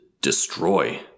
destroy